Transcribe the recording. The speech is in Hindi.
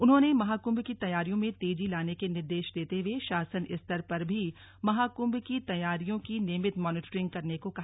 उन्होंने महाकुम्भ की तैयारियों में तेजी लाने के निर्देश देते हुए शासन स्तर पर भी महाकुम्भ की तैयारियों की नियमित मॉनिटरिंग करने को कहा